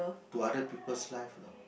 to other people lives